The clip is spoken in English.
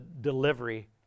delivery